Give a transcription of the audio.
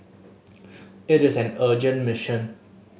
it is an urgent mission